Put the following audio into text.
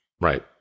Right